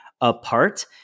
apart